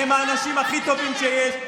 הם האנשים הכי טובים שיש.